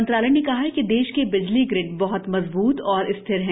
मंत्रालय ने कहा है कि देश के बिजली ग्रिड बह्त मजबूत और स्थिर हैं